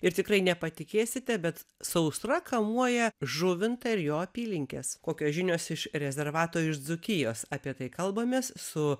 ir tikrai nepatikėsite bet sausra kamuoja žuvintą ir jo apylinkes kokios žinios iš rezervato iš dzūkijos apie tai kalbamės su